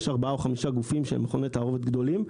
יש ארבעה או חמישה גופים שהם מכוני תערובת גדולים,